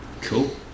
Cool